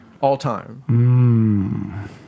all-time